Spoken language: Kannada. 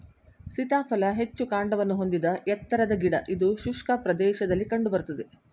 ಸೀತಾಫಲ ಹೆಚ್ಚು ಕಾಂಡವನ್ನು ಹೊಂದಿದ ಎತ್ತರದ ಗಿಡ ಇದು ಶುಷ್ಕ ಪ್ರದೇಶದಲ್ಲಿ ಕಂಡು ಬರ್ತದೆ